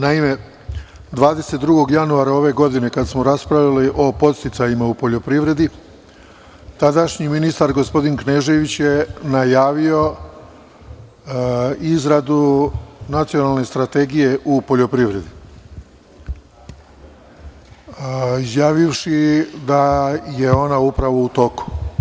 Naime, 22. januara ove godine, kada smo raspravljali o podsticajima u poljoprivredi, tadašnji ministar gospodin Knežević je najavio izradu nacionalne strategije u poljoprivredi, izjavivši da je ona upravo u toku.